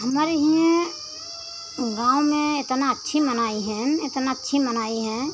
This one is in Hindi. हमारे यहाँ गाँव में इतना अच्छी मनाई हैं इतना अच्छी मनाई हैं